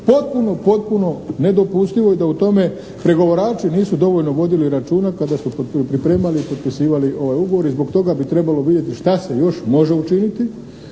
potpuno potpuno nedopustivo i da u tome pregovarači nisu dovoljno vodili računa kada su pripremali i potpisivali ovaj ugovor i zbog toga bi trebalo vidjeti šta se još može učiniti